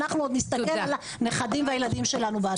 אנחנו עוד נסתכל על הנכדים והילדים שלנו בעתיד,